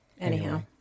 Anyhow